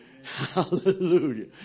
Hallelujah